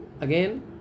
again